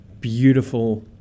beautiful